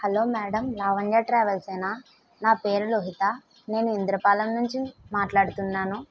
hello madam Lavanya ట్రావెల్సేనా నా పేరు లోహిత నేను ఇంద్రపాలెం నుంచి మాట్లాడుతున్నాను